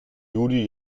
judy